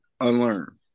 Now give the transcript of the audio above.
unlearn